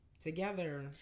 together